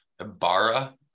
Ibarra